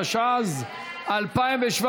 התשע"ז 2017,